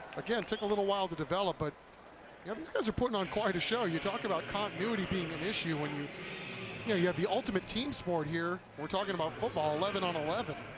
again, took a little while to develop, but yeah these guys are putting on quite a show, you talk about continuity being an issue, and you yeah you have the ultimate team sport here, talking about football, eleven on eleven.